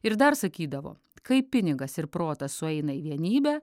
ir dar sakydavo kai pinigas ir protas sueina į vienybę